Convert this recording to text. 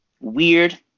weird